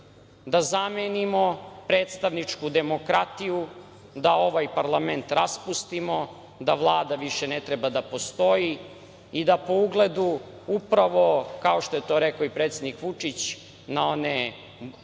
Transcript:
da zamenimo predstavničku demokratiju, da ovaj parlament raspustimo, da Vlada više ne treba da postoji i da po ugledu upravo, kao što je to rekao i predsednik Vučić, na one